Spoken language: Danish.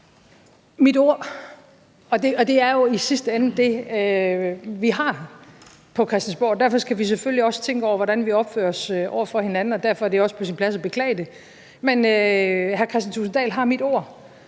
Mit ord. Det er jo i sidste ende det, vi har på Christiansborg, og derfor skal vi selvfølgelig også tænke over, hvordan vi opfører os over for hinanden, og derfor er det også på sin plads at beklage det. Men hr. Kristian Thulesen Dahl har mit ord